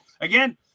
again